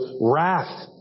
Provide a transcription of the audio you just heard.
wrath